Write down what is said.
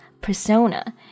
persona